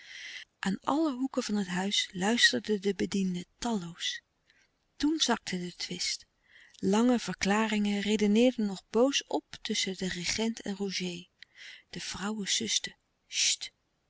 aan alle hoeken van het huis luisterden de bedienden talloos toen zakte de twist lange verklaringen redeneerden nog boos op tusschen den regent en roger de vrouwen susten